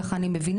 כך אני מבינה.